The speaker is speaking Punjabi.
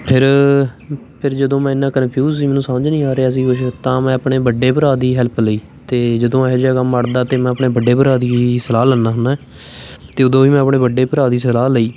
ਫਿਰ ਫਿਰ ਜਦੋਂ ਮੈਂ ਇੰਨਾਂ ਕਨਫਿਊਜ਼ ਸੀ ਮੈਨੂੰ ਸਮਝ ਨਹੀਂ ਆ ਰਿਹਾ ਸੀ ਕੁਛ ਤਾਂ ਮੈਂ ਆਪਣੇ ਵੱਡੇ ਭਰਾ ਦੀ ਹੈਲਪ ਲਈ ਅਤੇ ਜਦੋਂ ਇਹੋ ਜਿਹਾ ਕੰਮ ਅੜਦਾ ਤਾਂ ਮੈਂ ਆਪਣੇ ਵੱਡੇ ਭਰਾ ਦੀ ਸਲਾਹ ਲੈਂਦਾ ਹੁੰਦਾ ਅਤੇ ਉਦੋਂ ਵੀ ਮੈਂ ਆਪਣੇ ਵੱਡੇ ਭਰਾ ਦੀ ਸਲਾਹ ਲਈ